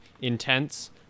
intense